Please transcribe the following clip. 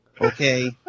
okay